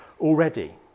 already